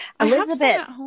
Elizabeth